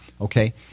okay